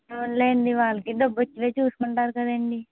అవునులెండి వాళ్ళకి డబ్బు వచ్చేవే చూసుకుంటారు కదండి